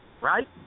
right